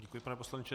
Děkuji, pane poslanče.